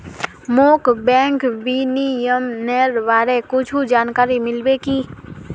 मोक बैंक विनियमनेर बारे कुछु जानकारी मिल्बे की